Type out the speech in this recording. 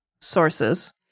sources